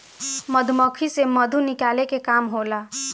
मधुमक्खी से मधु निकाले के काम होला